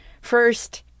First